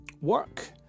Work